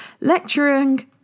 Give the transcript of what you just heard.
lecturing